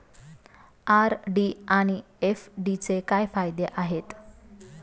RD आणि एफ.डीचे काय फायदे आहेत?